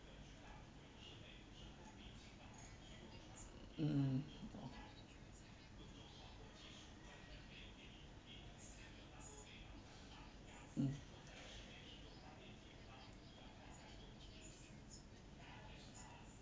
mm mm